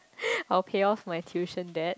I'll pay off my tuition debt